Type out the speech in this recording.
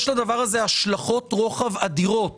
יש לדבר הזה השלכות רוחב אדירות